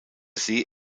see